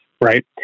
right